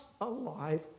alive